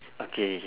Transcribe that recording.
okay